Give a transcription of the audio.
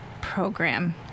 program